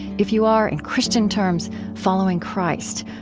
if you are, in christian terms, following christ,